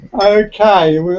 Okay